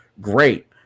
great